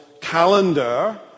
calendar